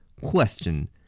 Question